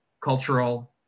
cultural